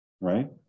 right